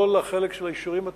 כל החלק של האישורים התכנוניים.